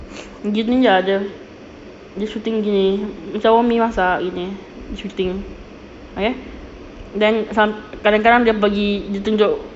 gini ah dia dia shooting gini macam umi masak gini shooting okay then some kadang-kadang dia pergi dia tunjuk